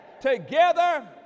together